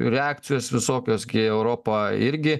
reakcijos visokios kai europa irgi